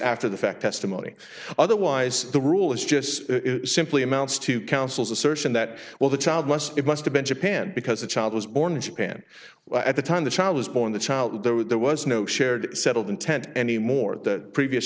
after the fact as to money otherwise the rule is just simply amounts to councils assertion that well the child must it must have been japan because the child was born in japan well at the time the child was born the child though there was no shared settled intent anymore that previous